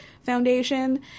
foundation